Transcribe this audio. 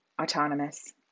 autonomous